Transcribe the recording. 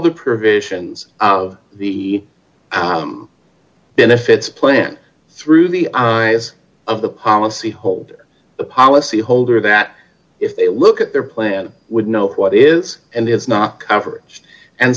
the provisions of the benefits plan through the eyes of the policyholder policyholder that if they look at their plan would know what is and is not coverage and